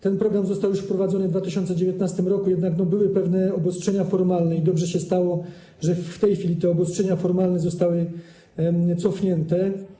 Ten program został już wprowadzony w 2019 r., jednak były pewne obostrzenia formalne i dobrze się stało, że w tej chwili te obostrzenia formalne zostały cofnięte.